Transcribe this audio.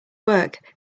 work